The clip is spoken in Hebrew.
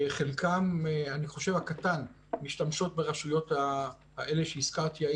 אני חושב שחלקן הקטן משתמשות ברשויות האלה שהזכרתי,